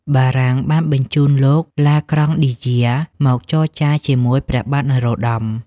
បារាំងបានបញ្ជូនលោក ឡាក្រង់ឌីយែ មកចរចាជាមួយព្រះបាទនរោត្តម ។